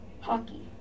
Hockey